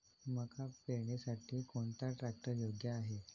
मका पेरणीसाठी कोणता ट्रॅक्टर योग्य आहे?